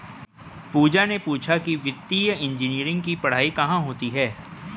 पूजा ने पूछा कि वित्तीय इंजीनियरिंग की पढ़ाई कहाँ होती है?